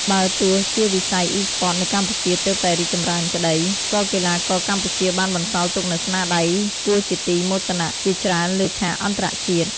បើទោះជាវិស័យ Esports នៅកម្ពុជាទើបតែរីកចម្រើនក្តី ក៏កីឡាករកម្ពុជាបានបន្សល់ទុកនូវស្នាដៃគួរជាទីមោទនៈជាច្រើនលើឆាកអន្តរជាតិ។